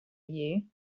you